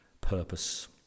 purpose